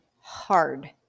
hard